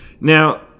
Now